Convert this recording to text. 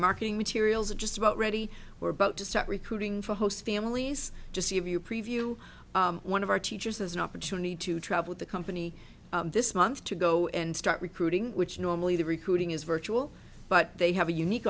marketing materials are just about ready we're about to start recruiting for host families just to give you a preview one of our teachers as an opportunity to travel the company this month to go and start recruiting which normally the recruiting is virtual but they have a unique